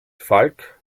falk